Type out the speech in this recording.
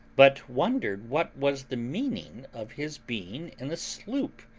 but wondered what was the meaning of his being in a sloop,